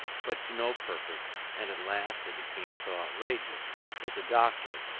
but to no purpose and at last they became so outrageous that the doctor,